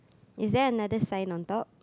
is there another sign on top